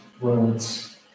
words